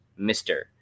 Mr